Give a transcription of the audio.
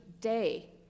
day